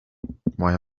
why